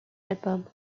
album